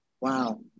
Wow